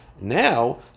Now